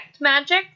magic